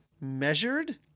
measured